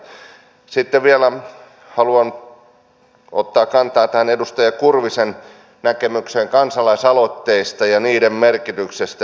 sitten haluan vielä ottaa kantaa tähän edustaja kurvisen näkemykseen kansalaisaloitteista ja niiden merkityksestä